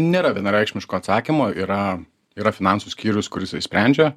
nėra vienareikšmiško atsakymo yra yra finansų skyrius kur jisai sprendžia